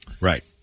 Right